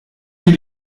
sie